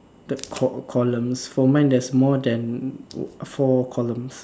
the col~ columns for mine there is more than four columns